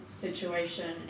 situation